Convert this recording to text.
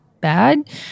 bad